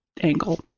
angle